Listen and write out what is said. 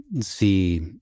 see